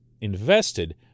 invested